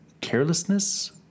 carelessness